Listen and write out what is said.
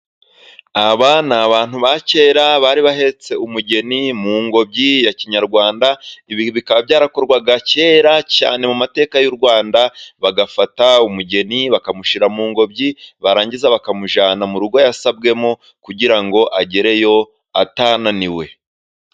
Aba ni abantu ba kera bari bahetse umugeni mu ngobyi ya kinyarwanda, ibi bikaba byarakorwaga kera cyane mu mateka y'u Rwanda, bagafata umugeni bakamushyira mu ngobyi, barangiza bakamujyana mu rugo yasabwemo kugira ngo agereyo atananiwe.